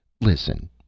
Listen